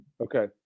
Okay